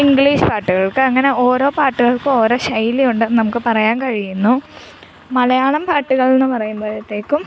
English പാട്ടുകൾക്ക് അങ്ങനെ ഓരോ പാട്ടുകൾക്കും ഓരോ ശൈലി ഉണ്ടെന്ന് നമുക്ക് പറയാൻ കഴിയുന്നു മലയാളം പാട്ടുകളെന്ന് പറയുമ്പോഴ്ത്തേക്കും